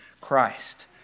Christ